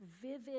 vivid